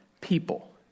people